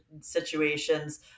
situations